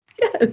Yes